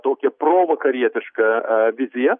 tokią provakarietišką viziją